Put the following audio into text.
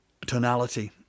tonality